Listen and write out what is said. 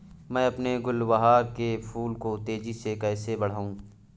मैं अपने गुलवहार के फूल को तेजी से कैसे बढाऊं?